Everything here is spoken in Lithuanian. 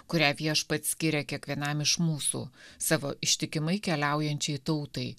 kurią viešpats skiria kiekvienam iš mūsų savo ištikimai keliaujančiai tautai